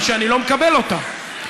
שאני לא מקבל אותה,